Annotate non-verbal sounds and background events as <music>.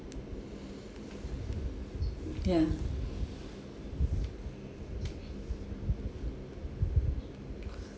ya <breath>